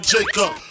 Jacob